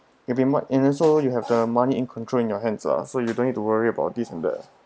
if you might and also you have the money in control in your hands lah so you don't need to worry about this and that